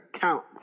count